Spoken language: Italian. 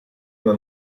una